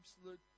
absolute